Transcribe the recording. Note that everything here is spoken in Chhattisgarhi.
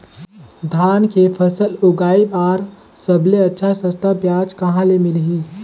धान के फसल उगाई बार सबले अच्छा सस्ता ब्याज कहा ले मिलही?